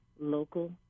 local